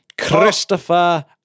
Christopher